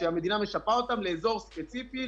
שהמדינה משפה אותם לאזור ספציפי,